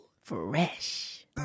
Fresh